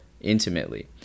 intimately